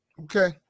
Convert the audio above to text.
Okay